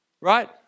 right